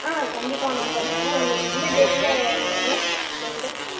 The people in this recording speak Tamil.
ஆ கண்டிப்பாக மேம் பண்ணுவோம் உங்களுக்கு எந்த டேட்டில் வேணும் கேக்கு